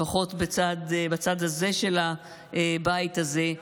לפחות בצד הזה של הבית הזה,